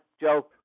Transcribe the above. Joe